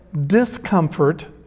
discomfort